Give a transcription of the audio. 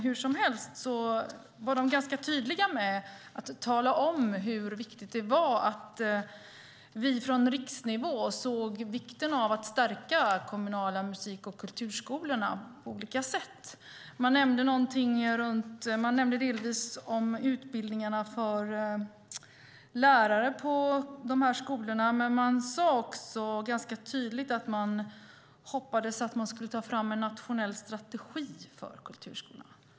Hur som helst var de ganska tydliga med att tala om hur viktigt det är att vi från riksnivå ser vikten av att stärka de kommunala musik och kulturskolorna på olika sätt. De nämnde delvis utbildningarna för lärare på dessa skolor men sade också ganska tydligt att de hoppades att man skulle ta fram en nationell strategi för kulturskolorna.